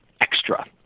extra